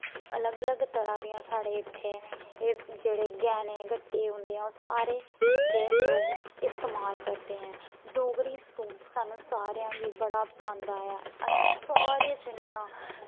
अलग अलग तरह् दियां साढ़े इत्थै एह् जेह्ड़े गैह्नें गट्टे होंदे ऐ ओह् सारे इत्थै लोक इस्तमाल करदे ऐ डोगरी सूट सानूं सारें गी बड़ा भांदा ऐ अस सारी जनियां